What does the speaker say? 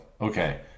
okay –